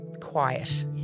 quiet